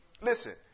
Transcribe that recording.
Listen